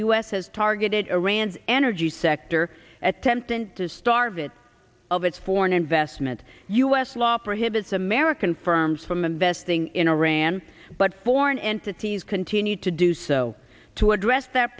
s has targeted iran's energy sector at kempton to starve it of its foreign investment u s law prohibits american firms from investing in iran but foreign entities continue to do so to address that